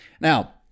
now